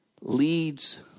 leads